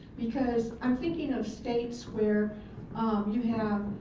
because i'm thinking of states where you have,